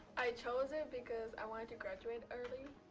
i chose it because i wanted to graduate early,